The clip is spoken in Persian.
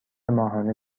ماهانه